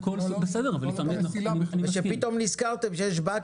בסדר, אבל לפעמים --- פתאום נזכרתם שיש באקה.